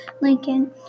Lincoln